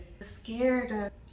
Scared